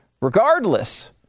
regardless